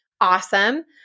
Awesome